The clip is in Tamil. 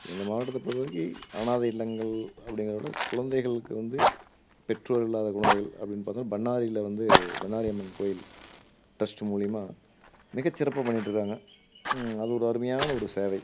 எங்கள் மாவட்டத்தை பொறுத்தவரைக்கு அனாதை இல்லங்கள் அப்படிங்கிறத விட குழந்தைகளுக்கு வந்து பெற்றோர் இல்லாத குழந்தைகள் அப்படின் பார்த்தா பண்ணாரியில் வந்து பண்ணாரி அம்மன் கோயில் ட்ரஸ்ட்டு மூலிமா மிகச்சிறப்பாக பண்ணிட்டிருக்காங்க அது ஒரு அருமையான ஒரு சேவை